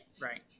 right